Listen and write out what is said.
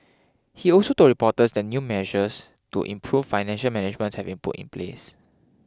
he also told reporters that new measures to improve financial managements have been put in place